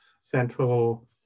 central